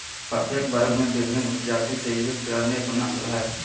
प्रत्येक वर्ग में विभिन्न उपजाति से युक्त अनेक नस्ल हइ